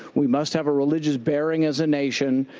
we must have a religious bearing as a nation.